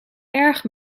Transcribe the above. erg